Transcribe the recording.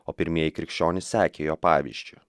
o pirmieji krikščionys sekė jo pavyzdžiu